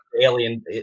alien